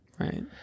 Right